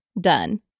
done